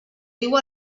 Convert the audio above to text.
diu